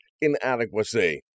inadequacy